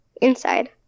inside